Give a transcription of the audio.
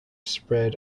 spread